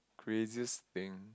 craziest thing